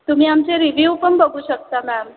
तुम्ही आमचे रिव्हिव पण बघू शकता मॅम